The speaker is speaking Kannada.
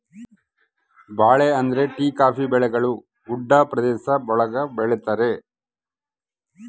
ಭಾಳ ಅಂದ್ರೆ ಟೀ ಕಾಫಿ ಬೆಳೆಗಳು ಗುಡ್ಡ ಪ್ರದೇಶ ಒಳಗ ಬೆಳಿತರೆ